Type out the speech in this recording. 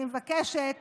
אני מבקשת